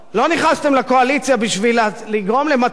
לא נכנסתם לקואליציה בשביל לגרום למצב